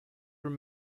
were